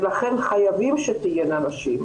ולכן חייבים שתהיינה נשים.